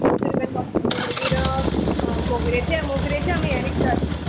दोनशीं रुपयान मागीर मोगरेचे मोगरेचे आमी हें विकतात